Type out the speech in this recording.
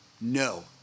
No